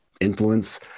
influence